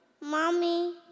Mommy